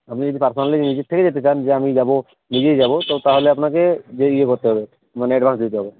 আপনি যদি পার্সোনালি নিজের থেকে যেতে চান যে আমি যাবো নিজেই যাবো তো তাহলে আপনাকে দিয়ে ইয়ে করতে হবে মানে অ্যাডভান্স দিতে হবে